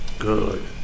Good